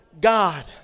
God